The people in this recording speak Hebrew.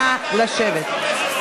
נא לשבת.